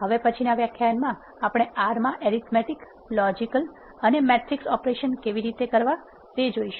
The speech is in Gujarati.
હવે પછી ના વ્યાખ્યાનમાં આપણે r માં એરીથમેટિક લોજીકલ અને મેટ્રિક્સ ઓપરેશન કેવી રીતે કરવા તે જોઇશું